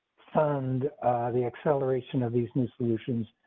and the acceleration of these new solutions.